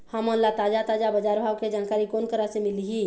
हमन ला ताजा ताजा बजार भाव के जानकारी कोन करा से मिलही?